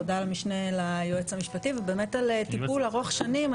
תודה למשנה ליועץ המשפטי באמת על טיפול ארוך שנים.